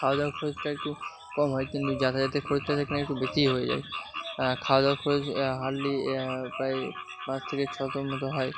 খাওয়া দাওয়া খরচটা একটু কম হয় কিন্তু যাতায়াতের খরচটা সেখানে একটু বেশিই হয়ে যায় খাওয়া দাওয়ার খরচ হার্ডলি প্রায় পাঁচ থেকে ছশোর মতো হয়